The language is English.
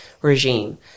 regime